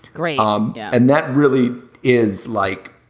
great. um and that really is like.